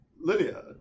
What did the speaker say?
Lydia